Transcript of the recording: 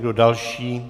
Kdo další?